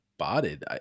botted